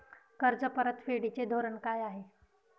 कर्ज परतफेडीचे धोरण काय आहे?